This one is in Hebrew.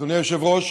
אדוני היושב-ראש,